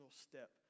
step